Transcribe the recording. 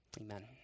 amen